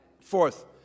Fourth